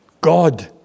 God